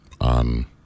on